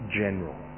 general